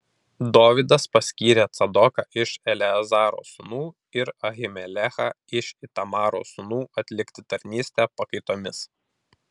dovydas paskyrė cadoką iš eleazaro sūnų ir ahimelechą iš itamaro sūnų atlikti tarnystę pakaitomis